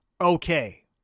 okay